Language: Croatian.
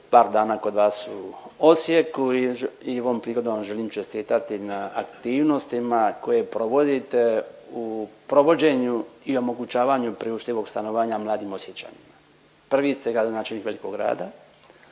par dana kod vas u Osijeku i ovom prigodom vam želim čestitati na aktivnostima koje provodite u provođenje u omogućavanju priuštivog stanovanja mladim Osječanima. Prvi ste gradonačelnik velikog grada